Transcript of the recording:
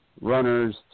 runners